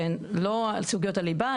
שהן לא סוגיות הליבה,